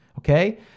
Okay